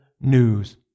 news